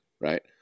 right